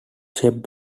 shaped